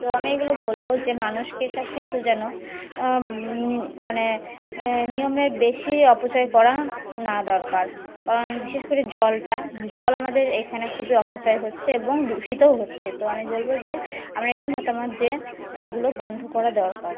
তো আমি এইগুলো বলব যে মানুষকে সব কিছু যেন মানে নিয়মের বেশি অপচয় করা না দরকার কারণ বিশেষ করে জলটা জল আমাদের এখানে খুবই অপচয় হচ্ছে এবং দূষিতও হচ্ছে তো আমি বলব যে আমার এটাই মতামত যে এইগুলো বন্ধ করা দরকার